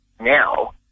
now